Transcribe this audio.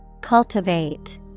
Cultivate